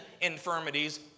infirmities